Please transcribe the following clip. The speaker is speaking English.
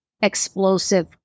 explosive